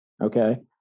Okay